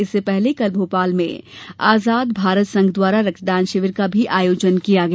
इससे पहले कल भोपाल में आजाद भारत संघ द्वारा रक्तदान शिविर का आयोजन किया गया